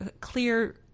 clear